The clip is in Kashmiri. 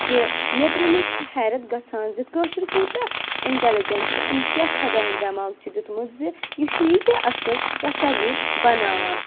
کہِ نیٚبرِمٕچ چھِ حیرَت گژھان زِ کٲشِر کوٗتاہ اِنٹَلِجَنٛٹ چھُ أمِس کیٛاہ خۄدایَن دٮ۪ماغ چھُ دیُتمُت زِ یہِ چھُ ییٖتیٛاہ اَصٕل تَصاویٖر بَناوان